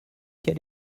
quel